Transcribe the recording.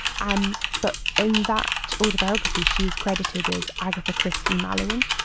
and but in that autobiography she is credited as agatha christie mallowan,